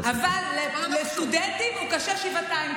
אבל לסטודנטים הוא קשה שבעתיים,